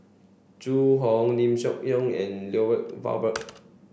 Zhu Hong Lim Seok and Lloyd Valberg